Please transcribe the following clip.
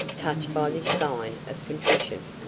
touched by this sign of contrition.